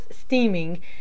steaming